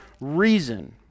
reason